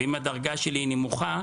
ואם הדרגה שלי היא נמוכה,